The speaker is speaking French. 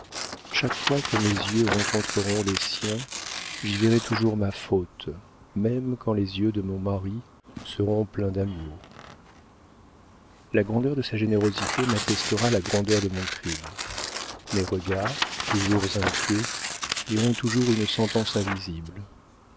chaque fois que mes yeux rencontreront les siens j'y verrai toujours ma faute même quand les yeux de mon mari seront pleins d'amour la grandeur de sa générosité m'attestera la grandeur de mon crime mes regards toujours inquiets liront toujours une sentence invisible